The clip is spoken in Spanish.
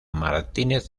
martínez